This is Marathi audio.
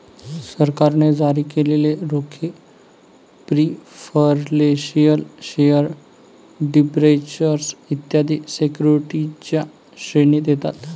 सरकारने जारी केलेले रोखे प्रिफरेंशियल शेअर डिबेंचर्स इत्यादी सिक्युरिटीजच्या श्रेणीत येतात